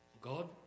God